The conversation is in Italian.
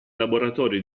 laboratorio